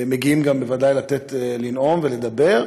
הם מגיעים גם בוודאי לנאום ולדבר,